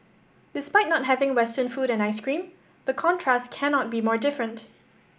despite not having Western food and ice cream the contrast cannot be more different